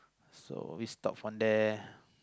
so we stop from there